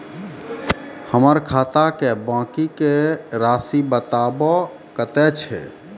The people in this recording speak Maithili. हमर खाता के बाँकी के रासि बताबो कतेय छै?